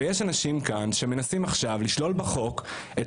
ויש אנשים כאן שמנסים עכשיו לשלול בחוק את